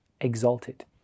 exalted